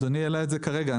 אדוני העלה את זה כרגע,